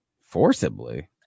Forcibly